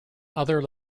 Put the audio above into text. other